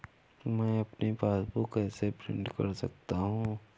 मैं अपनी पासबुक कैसे प्रिंट कर सकता हूँ?